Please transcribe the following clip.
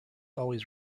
always